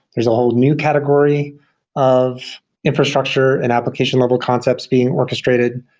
there's a whole new category of infrastructure and application level concepts being orchestrated.